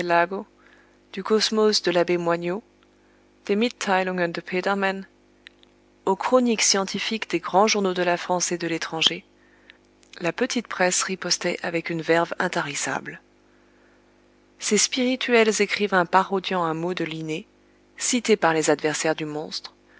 des mittheilungen de petermann aux chroniques scientifiques des grands journaux de la france et de l'étranger la petite presse ripostait avec une verve intarissable ses spirituels écrivains parodiant un mot de linné cité par les adversaires du monstre